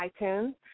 iTunes